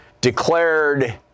declared